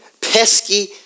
pesky